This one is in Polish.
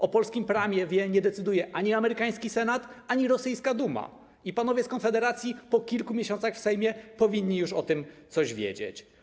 O polskim prawie nie decyduje ani amerykański Senat, ani rosyjska Duma i panowie z Konfederacji po kilku miesiącach w Sejmie powinni już o tym coś wiedzieć.